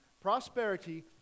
prosperity